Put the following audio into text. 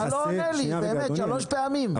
אתה לא עונה לי, שלוש פעמים.